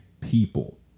people